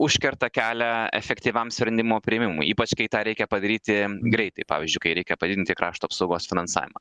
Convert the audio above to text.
užkerta kelią efektyviam sprendimų priėmimui ypač kai tą reikia padaryti greitai pavyzdžiui kai reikia padidinti krašto apsaugos finansavimą